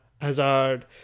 Hazard